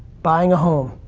buying a home,